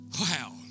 Wow